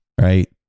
right